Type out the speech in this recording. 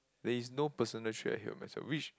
there is no personal share here myself which